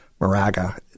Moraga